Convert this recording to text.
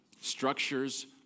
Structures